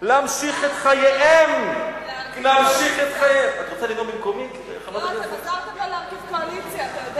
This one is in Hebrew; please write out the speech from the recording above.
להמשיך את חייהם, עזרתם לו להרכיב קואליציה.